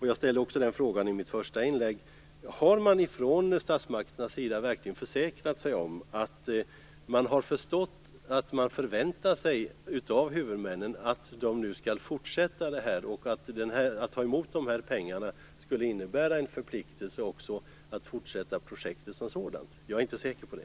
Jag ställde också den här frågan i mitt första inlägg: Har man från statsmakternas sida verkligen försäkrat sig om att huvudmännen har förstått att de förväntas fortsätta det här, att de när de tar emot pengarna också förpliktar sig att fortsätta projektet som sådant? Jag är inte så säker på det.